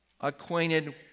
acquainted